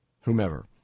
whomever